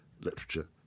literature